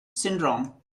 syndrome